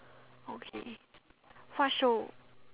okay what show